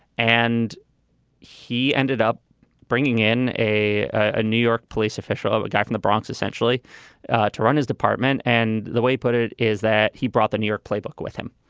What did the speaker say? and he ended up bringing in a ah new york police official, a guy from the bronx, essentially to run his department. and the way put it is that he brought the new york playbook with him,